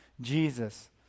Jesus